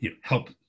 help